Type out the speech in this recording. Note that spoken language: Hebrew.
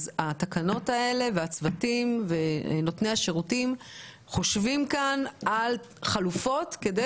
אז התקנות האלה והצוותים ונותני השירותים חושבים כאן על חלופות כדי